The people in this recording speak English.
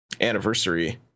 anniversary